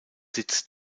sitz